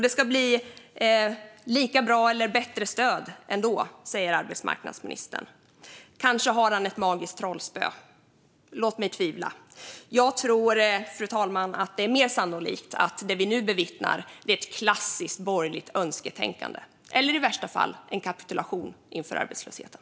Det ska bli lika bra eller bättre stöd ändå, säger arbetsmarknadsministern. Kanske har han ett magiskt trollspö. Låt mig tvivla! Jag tror, fru talman, att det är mer sannolikt att det vi nu bevittnar är ett klassiskt borgerligt önsketänkande eller i värsta fall en kapitulation inför arbetslösheten.